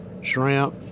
shrimp